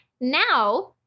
Now